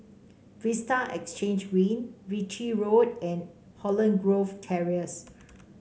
Vista Exhange Green Ritchie Road and Holland Grove Terrace